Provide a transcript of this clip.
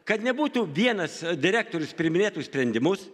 kad nebūtų vienas direktorius priiminėtų sprendimus